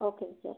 ஓகேங்க சார்